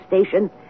station